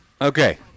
Okay